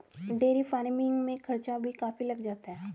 dairy farming में खर्चा भी काफी लग जाता है